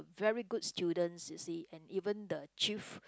very good students you see and even the chief